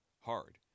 hard